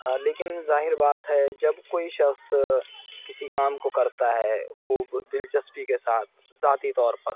آ لیکن ظاہر بات ہے جب كوئی شخص کسی کام كو كرتا ہے خوب دلچسپی کے ساتھ ذاتی طور پر